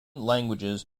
languages